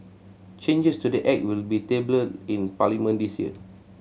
changes to the Act will be tabled in Parliament this year